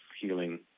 healing